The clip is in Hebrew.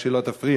רק שהיא לא תפריע.